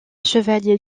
chevalier